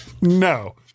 No